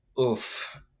oof